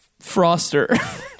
Froster